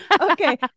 Okay